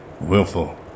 willful